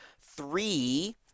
three